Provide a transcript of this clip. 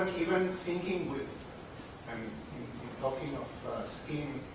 even thinking with and talking of skin